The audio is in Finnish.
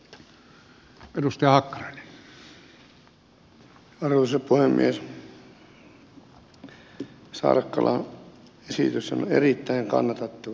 saarakkalan esitys on erittäin kannatettava